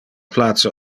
place